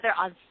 on